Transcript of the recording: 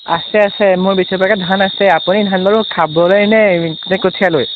আছে আছে মই বেচিবপৰাকৈ ধান আছে আপুনি ধান ল'ব খাবলৈ নে নে কঠীয়ালৈ